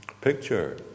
picture